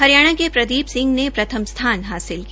हरियाणा के प्रदीप सिंह ने प्रथम स्थान हासिल किया